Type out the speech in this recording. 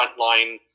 frontline